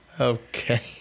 Okay